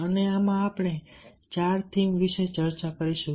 અને આમાં આપણે ચાર થીમ વિશે ચર્ચા કરીશું